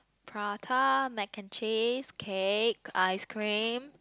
prata mac and cheese cake ice cream